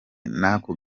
n’ako